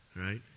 right